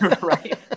Right